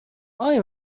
آقای